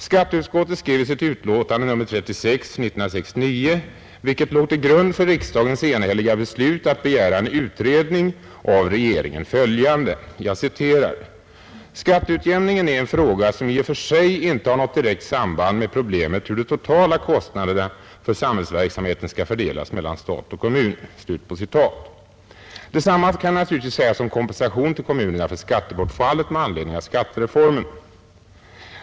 Statsutskottet skrev i sitt utlåtande nr 36 år 1969, vilket låg till grund för riksdagens enhälliga beslut att av regeringen begära en utredning, följande: ”Skatteutjämningen är en fråga som i och för sig inte har något direkt samband med problemet om hur de totala kostnaderna för samhällsverksamheten skall fördelas mellan stat och kommun.” Detsamma kan naturligtvis sägas om kompensationen till kommunerna för skattebortfallet med anledning av skattereformen.